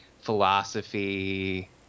philosophy